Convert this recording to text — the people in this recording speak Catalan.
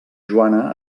joana